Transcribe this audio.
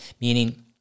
meaning